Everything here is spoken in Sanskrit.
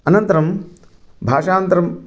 अनन्तरं भाषान्तरम्